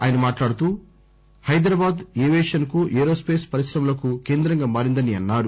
ఆయన మాట్లాడుతూ హైదరాబాదు ఏవియేషన్కు ఏరోస్పస్ పరిశ్రమలకు కేంద్రంగా మారిందని అన్నారు